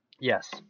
yes